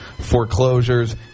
foreclosures